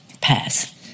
pass